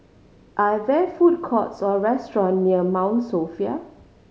are there food courts or restaurants near Mount Sophia